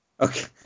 Okay